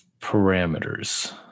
parameters